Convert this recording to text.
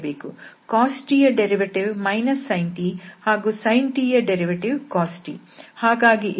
cos t ಯ ಉತ್ಪನ್ನ sin t ಹಾಗೂ sin t ಯ ಉತ್ಪನ್ನ cos t ಹಾಗಾಗಿ ಇಲ್ಲಿ cos t j